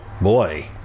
boy